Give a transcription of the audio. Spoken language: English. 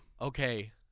okay